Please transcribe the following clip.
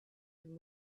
and